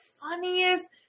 funniest